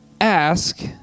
ask